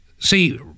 See